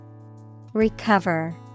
Recover